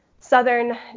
Southern